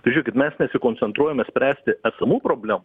tai žėkit mes nesikoncentruojame spręsti esamų problemų